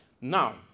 Now